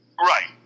Right